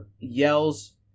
yells